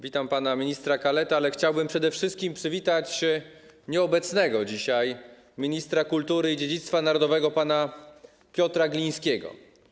Witam pana ministra Kaletę, ale chciałbym przede wszystkim przywitać nieobecnego dzisiaj ministra kultury i dziedzictwa narodowego pana Piotra Glińskiego.